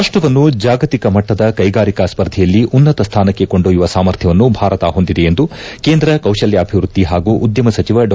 ರಾಷ್ಷವನ್ನು ಜಾಗತಿಕ ಮಟ್ಟದ ಕೈಗಾರಿಕಾ ಸ್ಪರ್ಧೆಯಲ್ಲಿ ಉನ್ನತ ಸ್ವಾನಕ್ಕೆ ಕೊಂಡೊಯ್ಲುವ ಸಾಮರ್ಥ್ಯವನ್ನು ಭಾರತ ಹೊಂದಿದೆ ಎಂದು ಕೇಂದ್ರ ಕೌಶಲ್ವಾಭಿವೃದ್ಧಿ ಹಾಗೂ ಉದ್ದಮ ಸಚಿವ ಡಾ